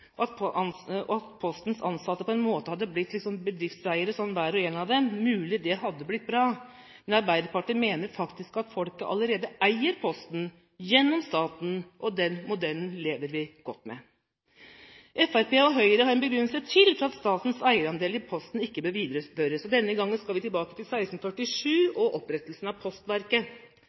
ansatte hadde gjort susen, og at Postens ansatte på en måte hadde blitt bedriftseiere, hver og en av dem. Det er mulig det hadde blitt bra. Men Arbeiderpartiet mener faktisk at folket allerede eier Posten, gjennom staten, og den modellen lever vi godt med. Fremskrittspartiet og Høyre har en begrunnelse til for at statens eierandeler i Posten ikke bør videreføres, og denne gang skal vi tilbake til 1647 og opprettelsen av Postverket.